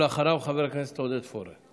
אחריו, חבר הכנסת עודד פורר.